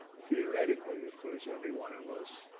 theoretically, of course, every one of us,